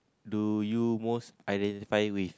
do you most identify with